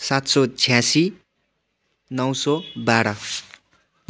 सात सौ छ्यासी नौ सौ बाह्र